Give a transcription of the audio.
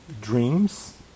dreams